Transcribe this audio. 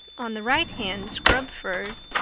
on the right hand, scrub firs,